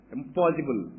Impossible